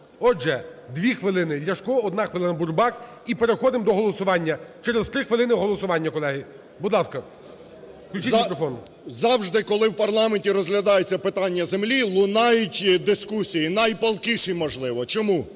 Отже, 2 хвилини – Ляшко, одна хвилина – Бурбак, і переходимо до голосування. Через 3 хвилини голосування, колеги. Будь ласка, включіть мікрофон. 17:55:16 ЛЯШКО О.В. Завжди, коли в парламенті розглядається питання землі, лунають дискусії, найпалкіші, можливо. Чому?